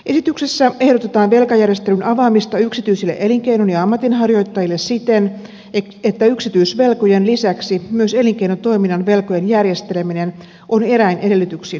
esityksessä ehdotetaan velkajärjestelyn avaamista yksityisille elinkeinon ja ammatinharjoittajille siten että yksityisvelkojen lisäksi myös elinkeinotoiminnan velkojen järjesteleminen on eräin edellytyksin mahdollista